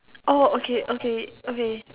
oh okay okay okay